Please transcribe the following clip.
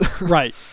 right